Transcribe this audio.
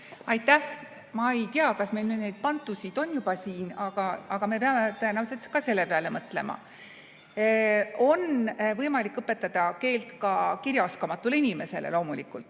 Aitäh! Ma ei tea, kas meil nüüd neid bantusid on juba siin, aga me peame tõenäoliselt ka selle peale mõtlema. On võimalik õpetada keelt ka kirjaoskamatule inimesele loomulikult.